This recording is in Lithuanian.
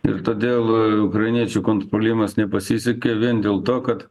ir todėl ukrainiečių kontrpuolimas nepasisekė vien dėl to kad